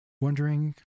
wondering